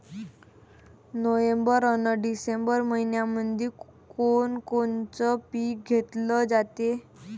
November अन December मइन्यामंधी कोण कोनचं पीक घेतलं जाते?